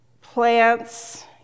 plants